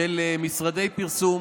של משרדי פרסום.